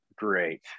great